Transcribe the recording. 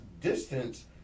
distance